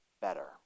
better